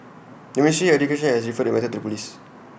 the ministry education has referred the whether to the Police